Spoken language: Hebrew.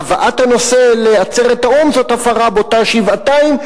הבאת הנושא לעצרת האו"ם זו הפרה בוטה שבעתיים,